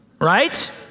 right